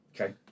Okay